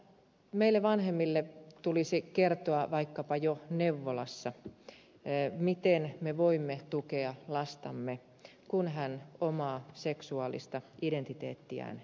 meille vanhemmille tulisi kertoa vaikkapa jo neuvolassa miten me voimme tukea lastamme kun hän omaa seksuaalista identiteettiään etsii